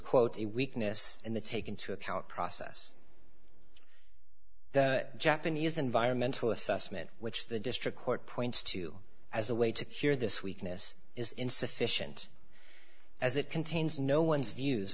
quote a weakness in the take into account process the japanese environmental assessment which the district court points to as a way to cure this weakness is insufficient as it contains no one's views